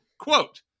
Quote